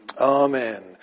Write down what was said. Amen